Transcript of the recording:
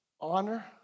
honor